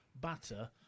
batter